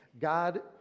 God